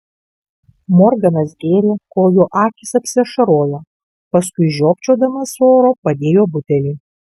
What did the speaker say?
morganas gėrė kol jo akys apsiašarojo paskui žiopčiodamas oro padėjo butelį